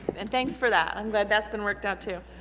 and thanks for that. i'm glad that's been worked out too.